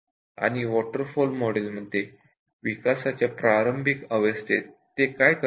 त्यामुळे waterfall model मध्ये development cycle च्या प्रारंभिक अवस्थेत ते काय करतात